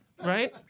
right